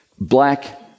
Black